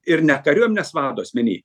ir net kariuomenės vado asmenyj